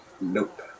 Nope